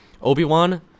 Obi-Wan